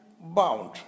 bound